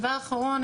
דבר אחרון,